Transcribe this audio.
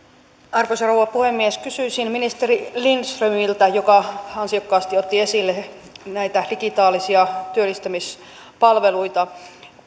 arvoisa rouva puhemies kysyisin ministeri lindströmiltä joka ansiokkaasti otti esille näitä digitaalisia työllistämispalveluita